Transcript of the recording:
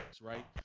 right